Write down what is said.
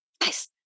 nice